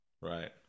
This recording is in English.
right